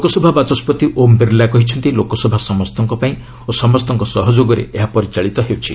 ଲୋକସଭା ବାଚସ୍କତି ଓମ୍ ବିର୍ଲା କହିଛନ୍ତି ଲୋକସଭା ସମସ୍ତଙ୍କ ପାଇଁ ଓ ସମସ୍ତଙ୍କ ସହଯୋଗରେ ଏହା ପରିଚାଳିତ ହେଉଛି